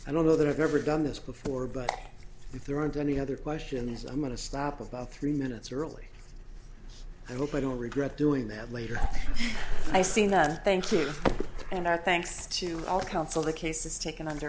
i don't know that i've ever done this before but if there aren't any other question is i'm going to stop about three minutes early i hope i don't regret doing that later i seen that thank you and our thanks to all counsel the cases taken under